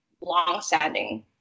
long-standing